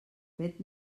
vet